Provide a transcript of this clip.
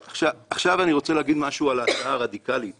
עכשיו אני רוצה להגיד משהו על ההצעה הראדיקלית